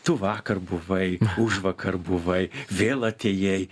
tu vakar buvai užvakar buvai vėl atėjai